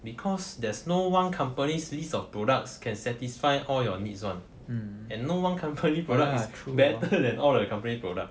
because there's no one company's list of products can satisfy all your needs [one] and no one company product is better than all the company's products